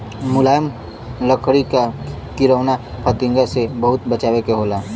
मुलायम लकड़ी क किरौना फतिंगा से बहुत बचावे के होला